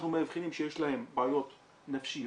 אנחנו מאבחנים שיש להם בעיות נפשיות.